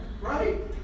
Right